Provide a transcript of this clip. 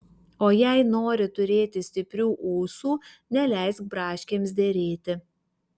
o jei nori turėti stiprių ūsų neleisk braškėms derėti